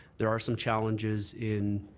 there are some challenges in